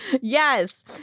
Yes